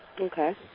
Okay